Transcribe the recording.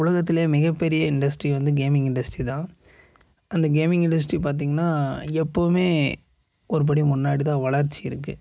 உலகத்திலயே மிகப்பெரிய இன்டெஸ்ட்ரீ வந்து gaming industry தான் அந்த கேமிங் இன்டெஸ்ட்ரீ பார்த்தீங்கன்னா எப்போவுமே ஒரு படி முன்னாடி தான் வளர்ச்சி இருக்குது